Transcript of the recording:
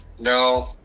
No